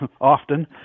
often